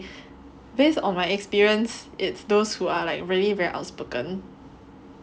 based on my experience it's those who are like really very outspoken